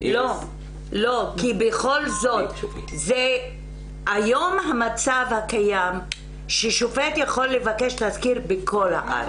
כי בכל זאת היום במצב הקיים שופט יכול לבקש תסקיר בכל הארץ.